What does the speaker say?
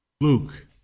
Luke